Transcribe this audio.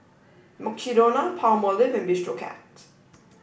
Mukshidonna Palmolive and Bistro Cat